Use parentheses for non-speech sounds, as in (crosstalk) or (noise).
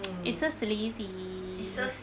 (noise) it's so sleazy